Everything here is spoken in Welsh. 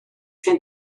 gen